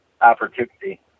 opportunity